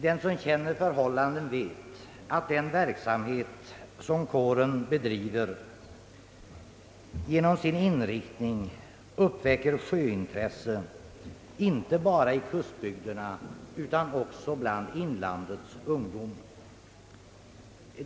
Den som känner förhållandena vet att den verksamhet som kåren bedriver genom sin inriktning uppväcker sjöintresse, inte bara bland ungdom i kustbygderna utan också bland inlandsungdom.